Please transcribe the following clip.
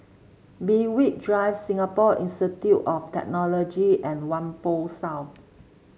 Berwick Drive Singapore Institute of Technology and Whampoa South